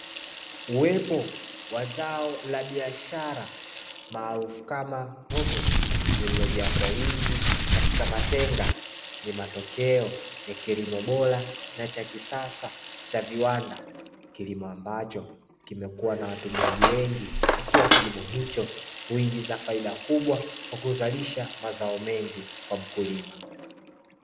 Uwepo wa zao la biashara maarufu kama hoho iliojaa kwa wingi katika matenga ni matokeo ya kilimo bora na ya kisasa cha viwanda, kilimo ambacho kimekuwa na watumiaji wengi ikiwa kilimo hicho huingiza faida kubwa kwa kuzalisha mazao mengi kwa mkulima.